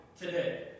today